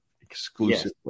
exclusively